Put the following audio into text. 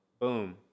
boom